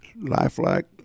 lifelike